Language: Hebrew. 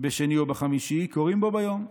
בשני או בחמישי, קוראין בו ביום",